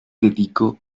dedicó